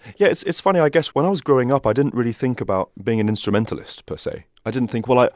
yeah. it's it's funny, i guess when i was growing up, i didn't really think about being an instrumentalist, per se. i didn't think, well,